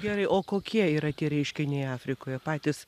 gerai o kokie yra tie reiškiniai afrikoje patys